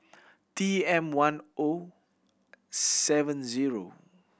T M One O seven zero